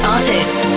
Artists